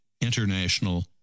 international